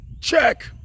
Check